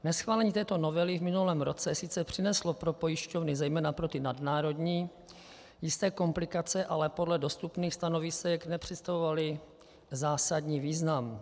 Neschválení této novely v minulém roce sice přineslo pro pojišťovny, zejména pro ty nadnárodní, jisté komplikace, ale podle dostupných stanovisek nepředstavovaly zásadní význam.